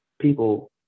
people